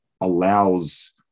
allows